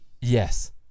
Yes